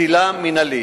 פסילה מינהלית.